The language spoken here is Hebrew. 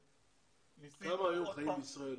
כמה חיים בישראל?